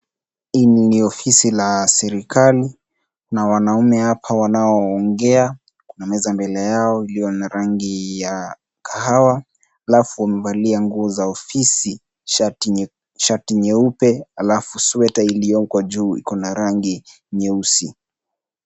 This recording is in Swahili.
Hii ni ofisi la serikali na wanaume hapa wanaoongea na meza mbele yao iliyo na rangi ya kahawa. Halafu wamevalia nguo za ofisi, shati nyeupe. Halafu sueta iliyoko juu iko na rangi nyeusi.